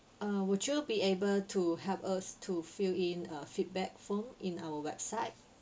uh would you be able to help us to fill in a feedback form in our website